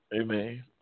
Amen